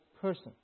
person